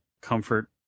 comfort